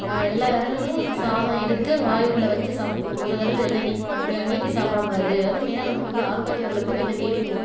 எல்லா விரலும் அந்த சாதம் எடுத்து வாய் உள்ள வச்சு சாப்பிட்ணும் ஒரு விரல் வெளில நீக்கி நீட்டி சாப்பிடக்கூடாது அதுவும் மெயினாக நமக்கு வந்து ஆள்காட்டி விரல் வந்து வெளில நீட்டிடுவோம்